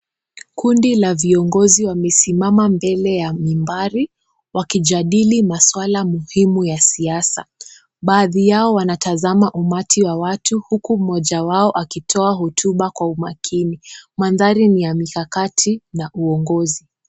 Kundi la viongozi wamesimama mbele ya mimbari wakijadili maswala muhimu ya siasa. Baadhi yao wanatazama umati wa watu huku mmoja wao akitoa hotuba kwa umakini. Mandhari ni ya mikakati na uongozi.